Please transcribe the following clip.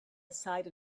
aside